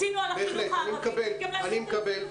אני מקבל,